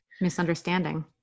misunderstanding